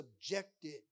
subjected